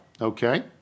Okay